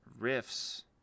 riffs